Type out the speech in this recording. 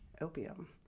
opium